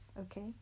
okay